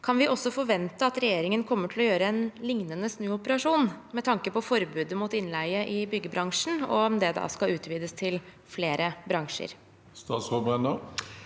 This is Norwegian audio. kan vi også forvente at regjeringen kommer til å gjøre en liknende snuoperasjon med tanke på forbudet mot innleie i byggebransjen? Og skal det da utvides til flere bransjer? Statsråd Tonje